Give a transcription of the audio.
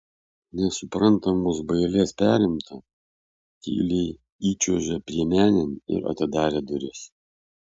nesuprantamos bailės perimta tyliai įčiuožė priemenėn ir atidarė duris